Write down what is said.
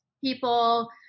people